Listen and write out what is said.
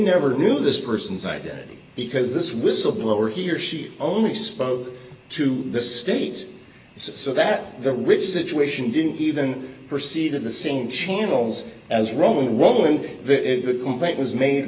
never knew this person's identity because this whistleblower he or she only spoke to the state so that the rich situation didn't even proceed in the same channels as wrong wrong and the complaint was made